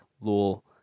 LUL